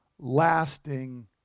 lasting